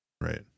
Right